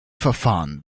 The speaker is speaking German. verfahren